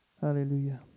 Hallelujah